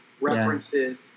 references